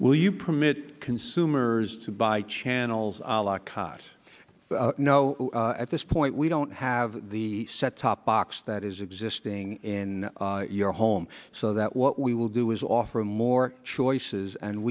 will you permit consumers to buy channels a la carte know at this point we don't have the set top box that is existing in your home so that what we will do is offer more choices and